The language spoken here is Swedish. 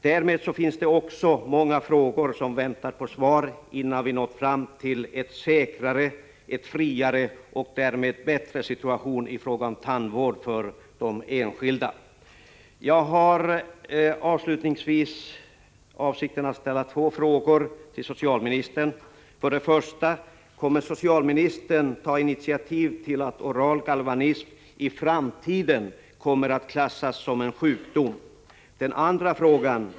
Därmed finns det också många frågor som väntar på svar innan vi nått fram till en säkrare, friare och därmed bättre situation i fråga om tandvård för den enskilde. 1. Kommer socialministern att ta initiativ till att oral galvanism i framtiden klassas som en sjukdom? 2.